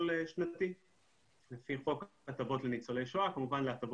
שנתי לפי חוק הטבות לניצולי שואה וכמובן להטבות נוספות.